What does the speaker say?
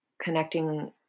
connecting